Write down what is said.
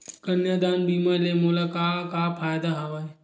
कन्यादान बीमा ले मोला का का फ़ायदा हवय?